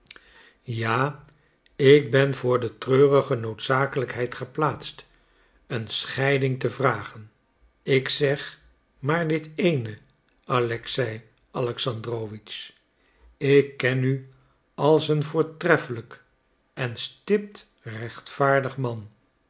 ja ik ben voor de treurige noodzakelijkheid geplaatst een scheiding te vragen ik zeg maar dit eene alexei alexandrowitsch ik ken u als een voortreffelijk en stipt rechtvaardig man